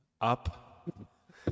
Up